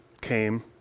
came